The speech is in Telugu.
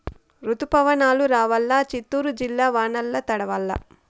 రుతుపవనాలు రావాలా చిత్తూరు జిల్లా వానల్ల తడవల్ల